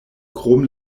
krom